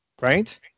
right